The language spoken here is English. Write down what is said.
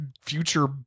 future